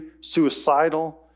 suicidal